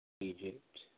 Egypt